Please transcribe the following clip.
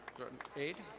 jordan ade.